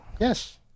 Yes